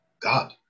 God